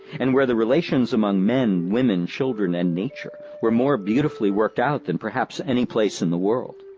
and where the relations among men, women, children, and nature were more beautifully worked out than perhaps any place in the world.